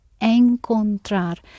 Encontrar